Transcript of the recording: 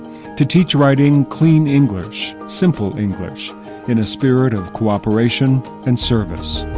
to teach writing clean english, simple english in a spirit of cooperation and service.